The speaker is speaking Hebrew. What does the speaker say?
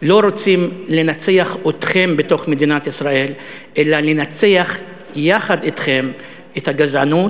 לא רוצים לנצח אתכם בתוך מדינת ישראל אלא לנצח יחד אתכם את הגזענות,